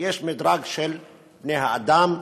יש מדרג של בני האדם,